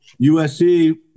USC